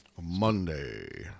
Monday